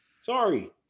Sorry